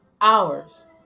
Hours